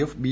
F B